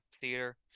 theater